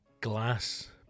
glass